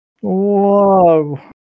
Whoa